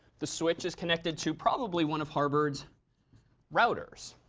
the switch is connected to probably one of harvard's routers.